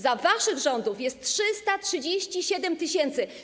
Za waszych rządów jest 337 tys.